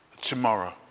tomorrow